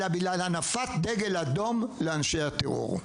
אלא בגלל הנפת דגל אדום לאנשי הטרור.